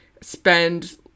spend